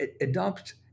adopt